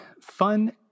fun